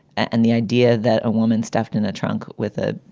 and the idea that a woman stuffed in a trunk with a